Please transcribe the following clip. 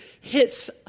hits